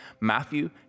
Matthew